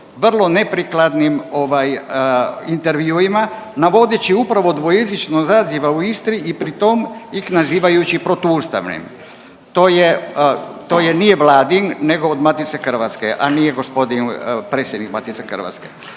vrlo neprikladnim ovaj intervjuima navodeći upravo dvojezičnost zaziva u Istri i pri tom ih nazivajući protuustavnim. To je, to je, nije Vladin nego od Matice Hrvatske, a nije gospodin predsjednik Matice Hrvatske.